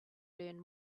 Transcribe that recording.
learn